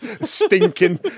stinking